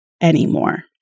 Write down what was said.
anymore